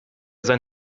sein